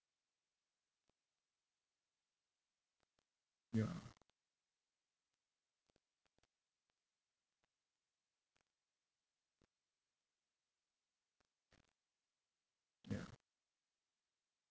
ya ya